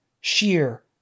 sheer